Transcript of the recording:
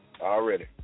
Already